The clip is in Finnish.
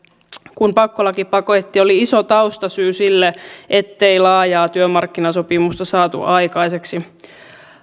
kun pakkolakipaketti oli iso taustasyy sille ettei laajaa työmarkkinasopimusta saatu aikaiseksi